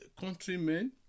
countrymen